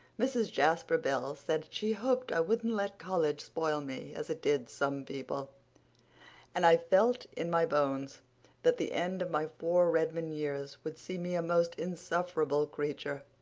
mrs. jasper bell said she hoped i wouldn't let college spoil me, as it did some people and i felt in my bones that the end of my four redmond years would see me a most insufferable creature,